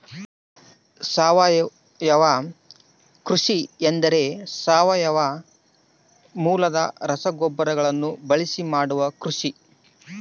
ಸಾವಯವ ಕೃಷಿ ಎಂದರೆ ಸಾವಯವ ಮೂಲದ ರಸಗೊಬ್ಬರಗಳನ್ನು ಬಳಸಿ ಮಾಡುವ ಕೃಷಿ